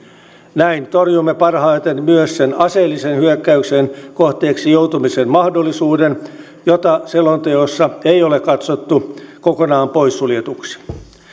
näin torjumme parhaiten myös sen aseellisen hyökkäyksen kohteeksi joutumisen mahdollisuuden jota selonteossa ei ole katsottu kokonaan poissuljetuksi